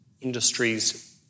industries